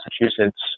Massachusetts